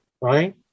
right